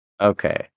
Okay